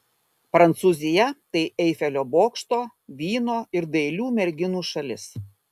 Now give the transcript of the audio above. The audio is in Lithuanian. prancūzija tai eifelio bokšto vyno ir dailių merginų šalis